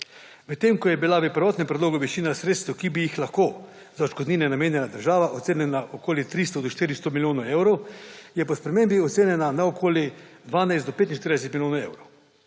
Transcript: Medtem ko je bila v prvotnem predlogu višina sredstev, ki bi jih lahko za odškodnine namenjala država, ocenjena na okoli 300 do 400 milijonov evrov, je po spremembi ocenjena na okoli 12 do 45 milijonov evrov.